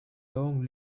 long